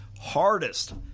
hardest